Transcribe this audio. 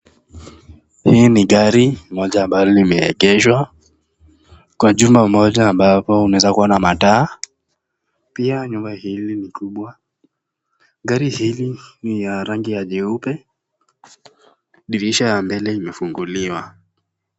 Hii ni gari moja ambalo limeegeshwa kwa jumba moja ambapo unaweza kuwa na mataa, pia nyumba hili ni kubwa. Gari hili ni ya rangi jeupe dirisha ya mbele imefunguliwa.